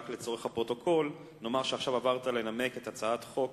רק לצורך הפרוטוקול נאמר שעכשיו עברת לנמק את הצעת חוק